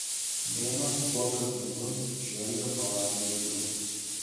mėnuo įkopęs dangun žvelgia pro langą vidun